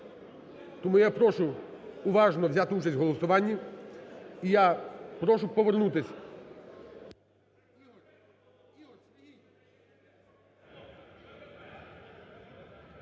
тому я прошу уважно взяти участь у голосуванні, і я прошу повернутися…